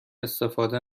استفاده